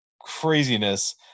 craziness